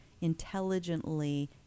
intelligently